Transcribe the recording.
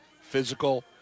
physical